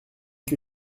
que